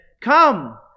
Come